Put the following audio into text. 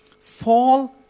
fall